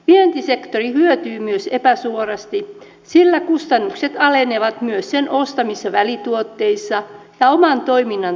vientisektori hyötyy myös epäsuorasti sillä kustannukset alenevat myös sen ostamissa välituotteissa ja oman toiminnan tarvitsemissa palveluissa